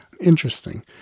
Interesting